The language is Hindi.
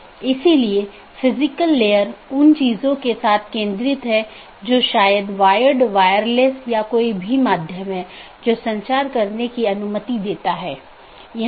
ऑटॉनमस सिस्टम के अंदर OSPF और RIP नामक प्रोटोकॉल होते हैं क्योंकि प्रत्येक ऑटॉनमस सिस्टम को एक एडमिनिस्ट्रेटर कंट्रोल करता है इसलिए यह प्रोटोकॉल चुनने के लिए स्वतंत्र होता है कि कौन सा प्रोटोकॉल उपयोग करना है